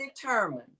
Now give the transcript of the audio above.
determined